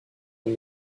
und